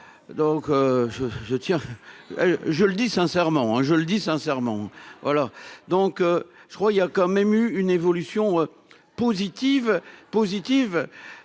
donc je je tiens, je le dis sincèrement, hein, je le dis sincèrement voilà donc je crois il y a quand même eu une évolution positive positive